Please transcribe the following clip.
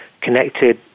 connected